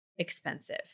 expensive